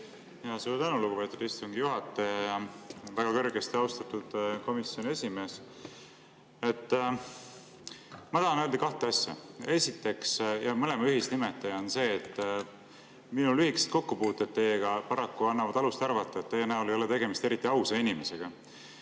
… Suur tänu, lugupeetud istungi juhataja! Väga kõrgesti austatud komisjoni esimees! Ma tahan öelda kahte asja. Mõlema ühisnimetaja on see, et minu lühikesed kokkupuuted teiega paraku annavad alust arvata, et teie näol ei ole tegemist eriti ausa inimesega.